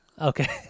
Okay